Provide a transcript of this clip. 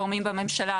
גורמים בממשלה,